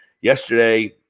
Yesterday